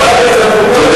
בסמכותו לתת הצעה לסדר.